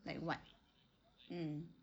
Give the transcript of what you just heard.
like what mm